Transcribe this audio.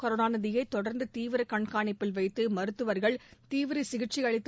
கருணாநிதியை தொடர்ந்து தீவிர கண்காணிப்பில் வைத்து மருத்துவர்கள் தீவிர சிகிச்சை அளித்து